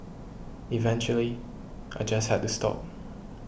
eventually I just had to stop